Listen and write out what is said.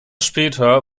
später